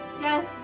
Yes